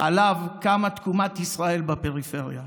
שעליו קמה תקומת ישראל בפריפריה.